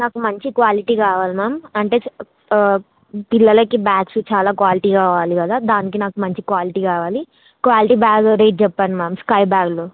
నాకు మంచి క్వాలిటీ కావాలి మ్యామ్ అంటే పిల్లలకి బ్యాగ్స్ చాలా క్వాలిటీ కావాలి గదా దానికి నాకు మంచి క్వాలిటీ కావాలి క్వాలిటీ బ్యాగ్ రేట్ చెప్పండి మ్యామ్ స్కై బ్యాగులు